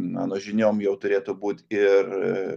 mano žiniom jau turėtų būt ir